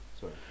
Sorry